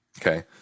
Okay